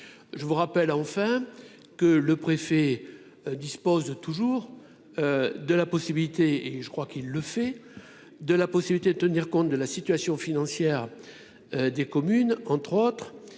je vous rappelle enfin que le préfet dispose toujours de la possibilité et je crois qu'il le fait de la possibilité de tenir compte de la situation financière des communes, entre autres,